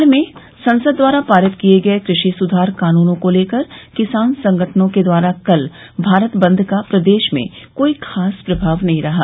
हाल में संसद द्वारा पारित किये गये कृषि सुधार कानूनों को लेकर किसान संगठनों के द्वारा कल भारत बंद का प्रदेश में कोई खास प्रभाव नहीं रहा